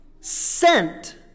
sent